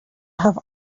have